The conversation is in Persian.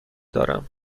دارم